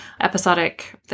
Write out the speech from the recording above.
episodic